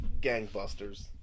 gangbusters